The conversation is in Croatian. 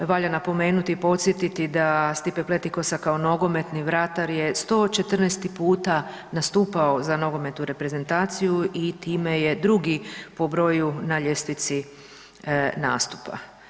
Valja napomenuti i podsjetiti da Stipe Pletikosa kao nogometni vratar je 114 puta nastupao za nogometnu reprezentaciju i time je drugi po broju na ljestvici nastupa.